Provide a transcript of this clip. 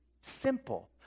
simple